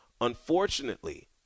Unfortunately